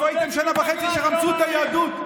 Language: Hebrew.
איפה הייתם שנה וחצי כשרמסו את היהדות?